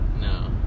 No